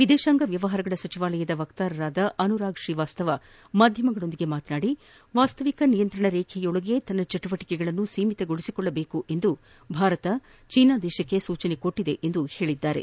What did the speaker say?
ವಿದೇಶಾಂಗ ವ್ವವಹಾರಗಳ ಸಚಿವಾಲಯದ ವಕ್ತಾರ ಆನುರಾಗ್ ಶ್ರೀವಾಸ್ತವ್ ಮಾಧ್ಯಮಗಳೊಂದಿಗೆ ಮಾತನಾಡಿ ವಾಸ್ತವಿಕ ನಿಯಂತ್ರಣ ರೇಖೆಯೊಳಗೆ ತನ್ನ ಚಟುವಟಕೆಗಳನ್ನು ಸೀಮಿತಗೊಳಿಸಿಕೊಳ್ಳುವಂತೆ ಭಾರತ ಚೀನಾಗೆ ಸೂಚಿಸಿದೆ ಎಂದು ಹೇಳಿದ್ದಾರೆ